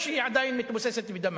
כשהיא עדיין מתבוססת בדמה.